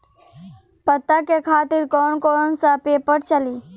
पता के खातिर कौन कौन सा पेपर चली?